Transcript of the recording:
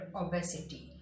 obesity